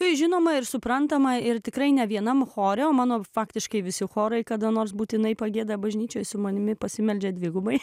žinoma ir suprantama ir tikrai ne vienam chorui o mano faktiškai visi chorai kada nors būtinai pagieda bažnyčioje su manimi pasimeldžia dvigubai